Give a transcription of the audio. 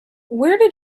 did